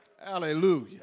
Hallelujah